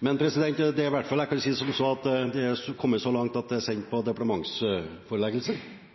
Men jeg kan i hvert fall si som så at det er kommet så langt at det er sendt på departementsforeleggelse.